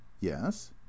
yes